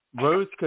Rose